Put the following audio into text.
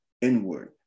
inward